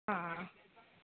हा